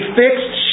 fixed